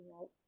else